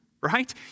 right